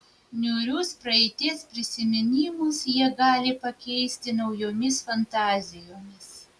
niūrius praeities prisiminimus jie gali pakeisti naujomis fantazijomis